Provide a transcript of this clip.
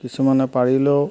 কিছুমানে পাৰিলেও